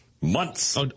months